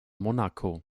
monaco